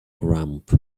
ramp